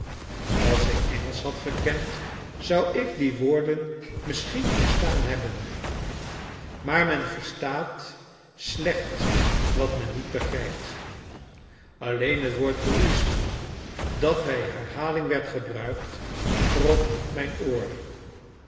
als ik engelsch had gekend zou ik die woorden misschien verstaan hebben maar men verstaat slecht wat men niet begrijpt alleen het woord policeman dat bij herhaling werd gebruikt trof mijn oor